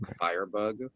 Firebug